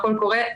הכול קורה,